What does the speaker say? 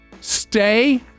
Stay